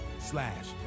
slash